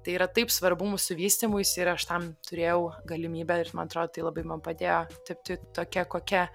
tai yra taip svarbu mūsų vystymuisi ir aš tam turėjau galimybę ir man atrodo tai labai man padėjo tapti tokia kokia